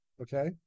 okay